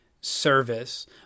service